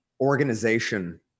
organization